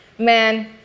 Man